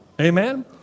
Amen